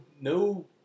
no